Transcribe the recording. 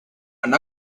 and